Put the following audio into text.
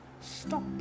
stop